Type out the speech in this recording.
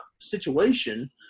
situation